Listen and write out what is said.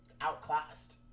outclassed